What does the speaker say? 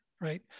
right